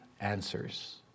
answers